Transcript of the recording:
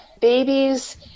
babies